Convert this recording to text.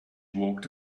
walked